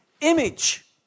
image